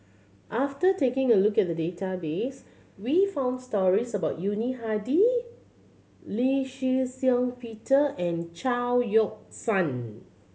after taking a look at the database we found stories about Yuni Hadi Lee Shih Shiong Peter and Chao Yoke San